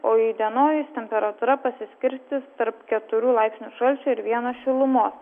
o įdienojus temperatūra pasiskirstys tarp keturių laipsnių šalčio ir vieno šilumos